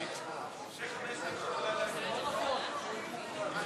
היה פה רוב.